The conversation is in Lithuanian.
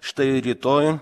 štai rytoj